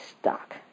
stuck